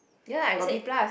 ya I got B plus